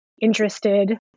interested